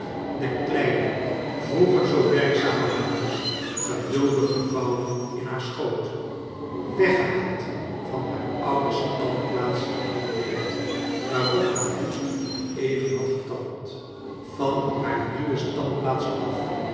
de kleine vroeger zoo werkzame handjes geduldig gevouwen in haar schoot weggehaald van haar oude standplaats in het leven waarop haar voet nog even had getalmd van haar nieuwe standplaats af